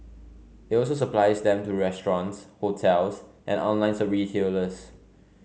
it also supplies them to restaurants hotels and online the retailers